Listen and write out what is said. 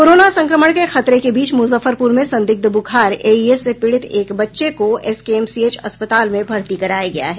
corona संक्रमण के खतरे के बीच मुजफ्फरपुर में संदिग्ध ब्रुखार एईएस से पीड़ित एक बच्चे को एसकेएमसीएच अस्पताल में भर्ती कराया गया है